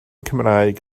cymraeg